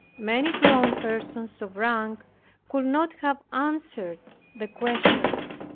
many grown persons of rank could not have answered the questions.